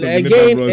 again